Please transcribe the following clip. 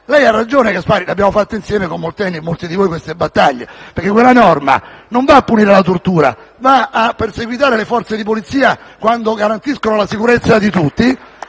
ha ragione. Abbiamo fatto insieme, con Molteni e con molti di voi, queste battaglie, perché quella norma non punisce la tortura, ma perseguita le Forze di polizia quando garantiscono la sicurezza di tutti.